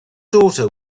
daughter